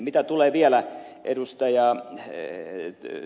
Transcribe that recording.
mitä tulee vielä ed